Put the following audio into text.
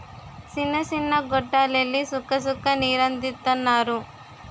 సిన్న సిన్న గొట్టాల్లెల్లి సుక్క సుక్క నీరందిత్తన్నారు